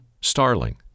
starling